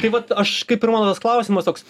tai vat aš kaip ir mano tas klausimas toks